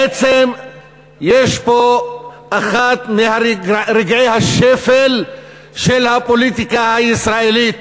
בעצם יש פה אחד מרגעי השפל של הפוליטיקה הישראלית,